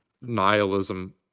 nihilism